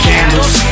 Candles